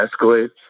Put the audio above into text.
escalates